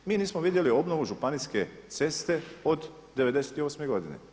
Mi nismo vidjeli obnovu županijske ceste od '98. godine.